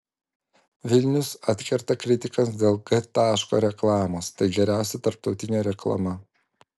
vilnius atkerta kritikams dėl g taško reklamos tai geriausia tarptautinė reklama